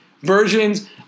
versions